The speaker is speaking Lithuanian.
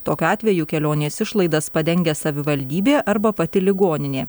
tokiu atveju kelionės išlaidas padengia savivaldybė arba pati ligoninė